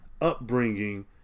upbringing